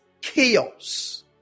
chaos